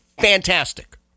Fantastic